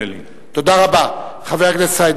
תודה רבה לחבר הכנסת זה מבקר, נדמה לי.